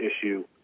issue